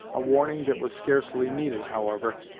a warning that was scarcely needed, however,